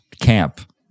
Camp